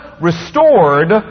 restored